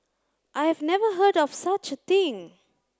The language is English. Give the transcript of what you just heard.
I have never heard of such a thing